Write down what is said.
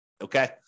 okay